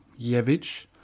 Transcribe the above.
Yevich